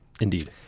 Indeed